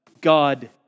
God